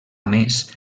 més